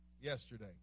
yesterday